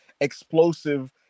explosive